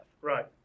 Right